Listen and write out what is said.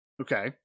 okay